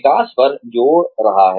विकास पर जोड़ रहा है